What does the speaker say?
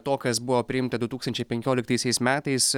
to kas buvo priimta du tūkstančiai penkioliktaisiais metais